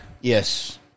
Yes